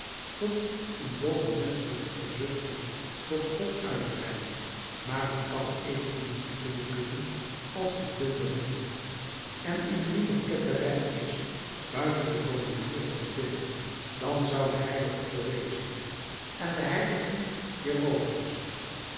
tot een bovenmenschelijke verzuchting tot god uitbreidde maar men kan evenmin te veel bidden als te veel beminnen en indien t ketterij is buiten de formulieren te bidden dan zouden de h theresia en de h